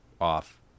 off